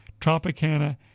Tropicana